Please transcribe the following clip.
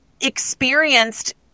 experienced